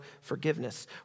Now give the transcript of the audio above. forgiveness